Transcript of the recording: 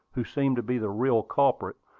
who seemed to be the real culprit,